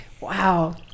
Wow